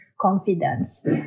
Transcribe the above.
confidence